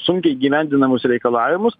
sunkiai įgyvendinamus reikalavimus